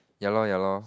ya lor ya lor